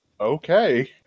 okay